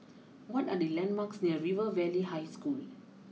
what are the landmarks near River Valley High School